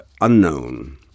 unknown